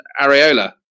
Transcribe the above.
Areola